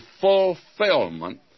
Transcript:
fulfillment